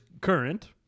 current